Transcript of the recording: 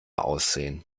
aussehen